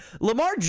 Lamar